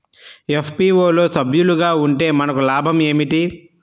FPO లో సభ్యులుగా ఉంటే మనకు లాభం ఏమిటి?